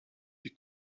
you